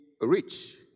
rich